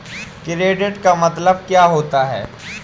Credit का मतलब क्या होता है?